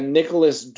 Nicholas